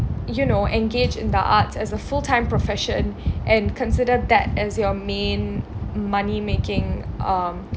you know engage in the arts as a full-time profession and consider that as your main money-making um